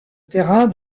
terrain